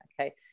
okay